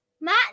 Matt